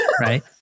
right